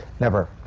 never,